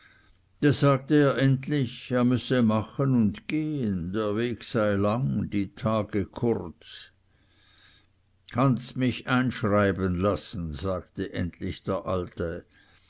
da sagte er endlich er müsse machen und gehen der weg sei lang die tage kurz kannst mich einschreiben lassen sagte endlich der alte